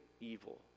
evil